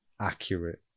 accurate